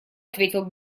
ответил